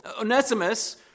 Onesimus